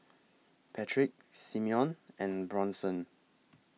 Patrick Simeon and Bronson